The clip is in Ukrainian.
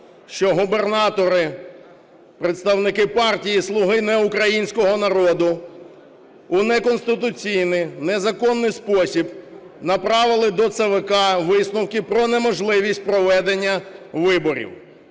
що губернатори, представники партії "Слуги (не українського) народу", у неконституційний, незаконний спосіб направили до ЦВК висновки про неможливість проведення виборів